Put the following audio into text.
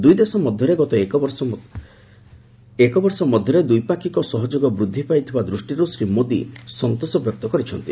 ଦୁଇ ଦେଶ ମଧ୍ୟରେ ଗତ ଏକ ବର୍ଷ ମଧ୍ୟରେ ଦ୍ୱିପାକ୍ଷିକ ସହଯୋଗ ବୃଦ୍ଧି ପାଇଥିବା ଦୃଷ୍ଟିରୁ ଶ୍ରୀ ମୋଦୀ ସନ୍ତୋଷ ବ୍ୟକ୍ତ କରିଛନ୍ତି